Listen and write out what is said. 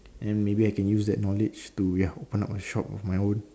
and then maybe I can use that knowledge to ya open up a shop of my own